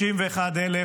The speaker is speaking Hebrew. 31,000